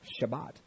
Shabbat